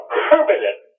permanent